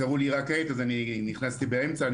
קראו לי רק כעת אז נכנסתי באמצע.